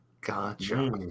Gotcha